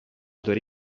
dori